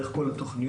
דרך כל התוכניות,